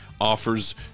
offers